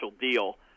deal